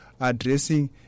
addressing